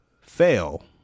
Fail